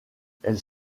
elles